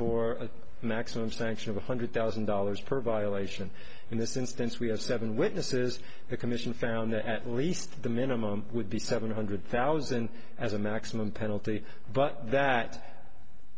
a maximum sanction of a hundred thousand dollars per violation in this instance we have seven witnesses the commission found at least the minimum would be seven hundred thousand as a maximum penalty but that